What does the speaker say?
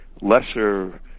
lesser